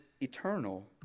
eternal